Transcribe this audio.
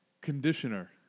Conditioner